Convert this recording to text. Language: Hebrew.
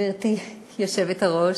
גברתי היושבת-ראש,